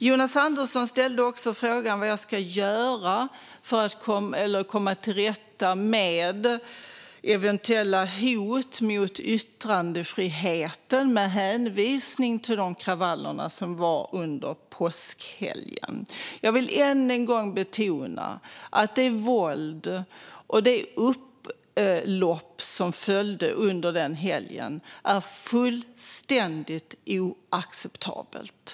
Jonas Andersson ställde en fråga om vad jag ska göra för att komma till rätta med eventuella hot mot yttrandefriheten med hänvisning till de kravaller som inträffade under påskhelgen. Jag vill än en gång betona att det våld och det upplopp som följde under den helgen var fullständigt oacceptabelt.